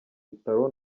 bitaro